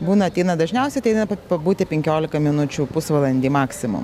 būna ateina dažniausiai ateina pabūti penkiolika minučių pusvalandį maksimum